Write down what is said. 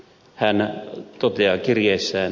hän toteaa kirjeessään